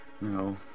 No